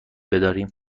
بداریم